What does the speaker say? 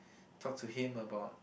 talk to him about